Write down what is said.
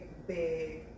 big